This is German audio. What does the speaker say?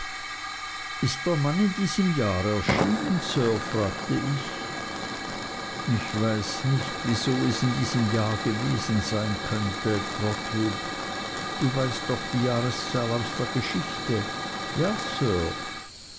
ist der mann in diesem jahr erschienen sir fragte ich ich weiß nicht wieso es in diesem jahr gewesen sein könnte trotwood du weißt doch die jahreszahl aus der geschichte ja sir